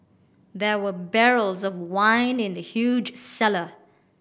there were barrels of wine in the huge cellar